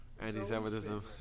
anti-Semitism